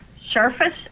surface-